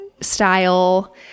style